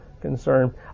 concern